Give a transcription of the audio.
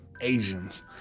Asians